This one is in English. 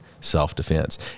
self-defense